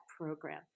program